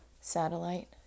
satellite